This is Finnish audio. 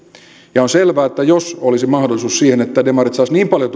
ja on selvää että jos olisi mahdollisuus siihen että demarit saisivat niin paljon